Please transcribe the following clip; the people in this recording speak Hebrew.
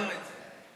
מי אמר את זה?